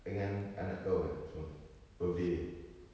dengan anak kau eh semua birthday eh